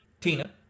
Tina